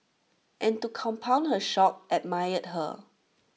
and to compound her shock admired her